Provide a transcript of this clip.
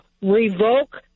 revoke